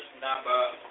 number